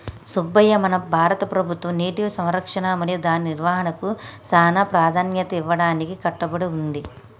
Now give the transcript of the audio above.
సుబ్బయ్య మన భారత ప్రభుత్వం నీటి సంరక్షణ మరియు దాని నిర్వాహనకు సానా ప్రదాన్యత ఇయ్యడానికి కట్టబడి ఉంది